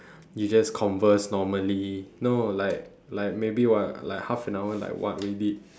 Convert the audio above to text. you just converse normally no like like maybe what like half an hour like what we did